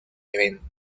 evento